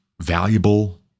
valuable